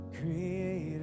Creator